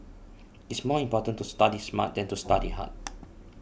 it is more important to study smart than to study hard